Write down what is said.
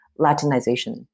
Latinization